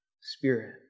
Spirit